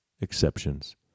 exceptions